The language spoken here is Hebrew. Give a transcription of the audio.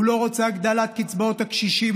הוא לא רוצה הגדלת קצבאות הקשישים,